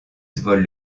vole